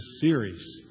series